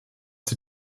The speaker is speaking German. sie